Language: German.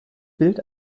bild